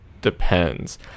depends